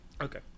Okay